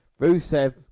Rusev